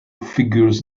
figures